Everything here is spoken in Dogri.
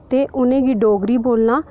ते उ'नें गी डोगरी बोलना